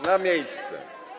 Na miejsce.